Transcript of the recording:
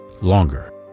longer